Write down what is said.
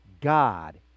God